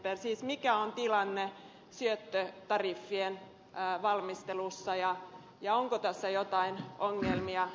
siis mikä on tilanne syöttötariffien valmistelussa ja onko tässä joitain ongelmia